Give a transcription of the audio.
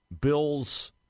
bills